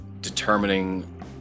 Determining